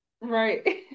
Right